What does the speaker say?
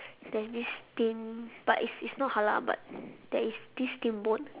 there's this steam but it it's not halal but there is this steamboat